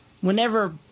whenever